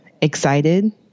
excited